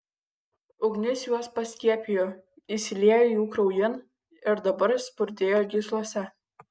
ugnis juos paskiepijo įsiliejo jų kraujin ir dabar spurdėjo gyslose